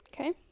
Okay